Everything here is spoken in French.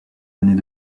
années